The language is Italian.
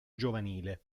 giovanile